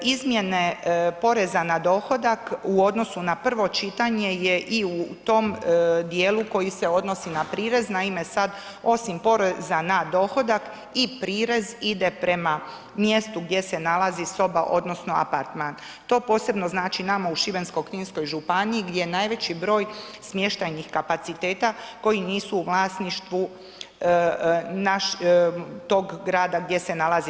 Izmjene poreza na dohodak u odnosu na prvo čitanje je i u tom dijelu koji se odnosi na prirez, naime sad osim poreza na dohodak i prirez ide prema mjestu gdje se nalazi soba odnosno apartman, to posebno znači nama u Šibensko-kninskoj županiji gdje je najveći broj smještajnih kapaciteta koji nisu u vlasništvu tog grada gdje se nalazi.